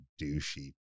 douchey